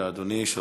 בבקשה, אדוני.